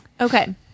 Okay